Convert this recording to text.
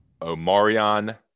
Omarion